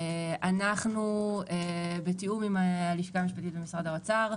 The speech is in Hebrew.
אנחנו בתיאום עם הלשכה המשפטית במשרד האוצר,